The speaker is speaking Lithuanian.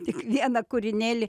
tik vieną kūrinėlį